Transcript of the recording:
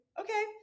okay